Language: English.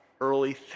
early